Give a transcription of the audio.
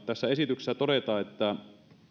tässä esityksessä todetaan että